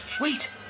Wait